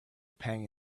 pang